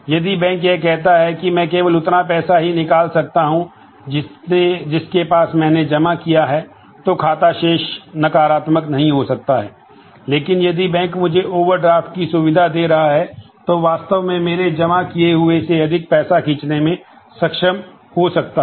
यदि बैंक यह कहता है कि मैं केवल उतना पैसा ही निकाल सकता हूं जिसके पास मैंने जमा किया है तो खाता शेष नकारात्मक नहीं हो सकता है लेकिन यदि बैंक मुझे ओवरड्राफ्ट की सुविधा दे रहा है तो मैं वास्तव में मेरे जमा किए हुए से अधिक पैसा खींचने में सक्षम हो सकता है